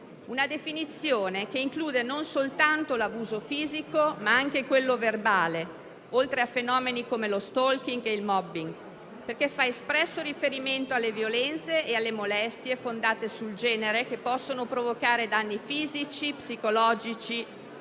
una definizione che include non soltanto l'abuso fisico ma anche quello verbale, oltre a fenomeni come lo *stalking* e il *mobbing*, perché fa espresso riferimento alle violenze e alle molestie fondate sul genere che possono provocare danni fisici, psicologici, sessuali